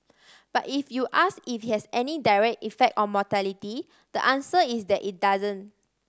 but if you ask if has any direct effect on mortality the answer is that it doesn't